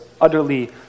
utterly